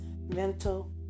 mental